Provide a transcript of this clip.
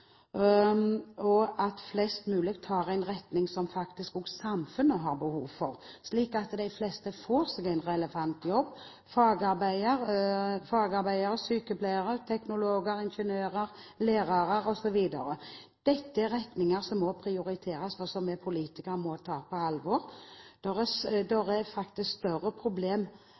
og at flest mulig tar en retning som faktisk også samfunnet har behov for, slik at de fleste får seg en relevant jobb, som fagarbeidere, sykepleiere, teknologer, ingeniører, lærere osv. Dette er retninger som må prioriteres, og som vi politikere må ta på alvor. Det er faktisk et større problem